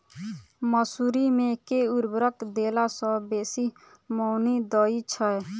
मसूरी मे केँ उर्वरक देला सऽ बेसी मॉनी दइ छै?